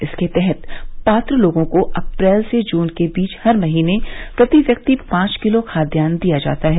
इसके तहत पात्र लोगों को अप्रैल से जून के बीच हर महीने प्रति व्यक्ति पांच किलो खाद्यान्न दिया जाता है